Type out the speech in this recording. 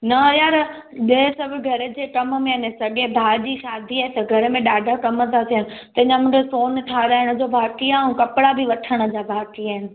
न यार ॿिए सभु घर जे कमु में आहिनि सॻे भाउ जी शादी आहे त घर में ॾाढा कमु था थियनि अञा मूंखे सोन ठाराइण जो बाक़ी आहे ऐं कपिड़ा बि वठण जा बाक़ी आहिनि